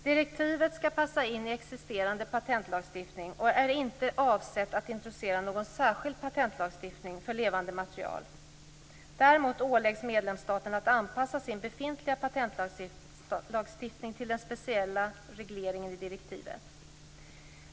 Direktivet skall passa in i existerande patentlagstiftning och är inte avsett att introducera någon särskild patentlagstiftning för levande material. Däremot åläggs medlemsstaterna att anpassa sin befintliga patentlagstiftning till den speciella regleringen i direktivet.